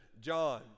John